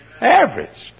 Averaged